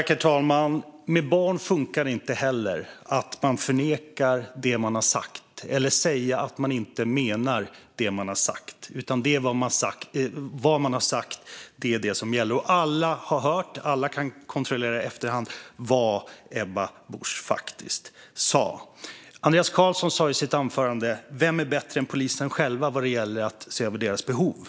Fru talman! Med barn funkar det inte heller att förneka det man sagt eller säga att man inte menar det man har sagt. Vad man har sagt är det som gäller, och alla har hört och alla kan kontrollera i efterhand vad Ebba Busch faktiskt sa. Andreas Carlson sa i sitt anförande att ingen annan än polisen själv vet bättre när det gäller deras behov.